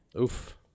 Oof